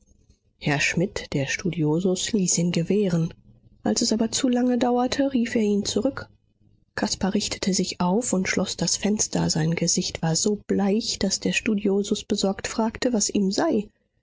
herr schmidt der studiosus ließ ihn gewähren als es aber zu lange dauerte rief er ihn zurück caspar richtete sich auf und schloß das fenster sein gesicht war so bleich daß der studiosus besorgt fragte was ihm sei